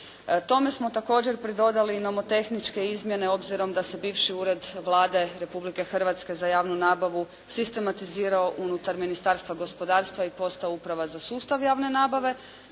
Tome smo također pridodali i nomotehničke izmjene obzirom da se bivši ured Vlade Republike Hrvatske za javnu nabavu sistematizirao unutar Ministarstva gospodarstva i postao Uprava za sustav javne nabave,